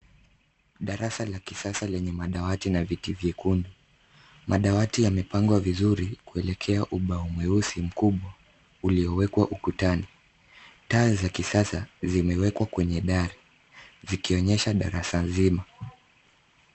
Darasa la kisasa lenye madawati na viti vyekundu. Madawati yamepangwa vizuri kuelekea ubao mweusi mkubwa uliyowekwa ukutani. Taa za kisasa zimewekwa kwenye dari zikionyesha darasa nzima.